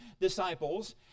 disciples